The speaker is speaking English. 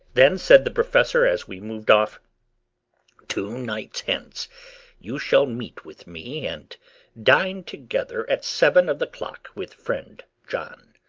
then said the professor as we moved off two nights hence you shall meet with me and dine together at seven of the clock with friend john.